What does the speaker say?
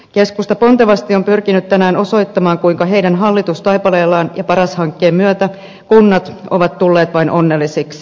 keskusta pontevasti on pyrkinyt tänään osoittamaan kuinka sen hallitustaipaleella ja paras hankkeen myötä kunnat ovat tulleet vain onnellisiksi